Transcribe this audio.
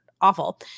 awful